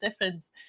difference